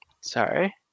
Sorry